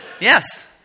Yes